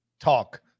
talk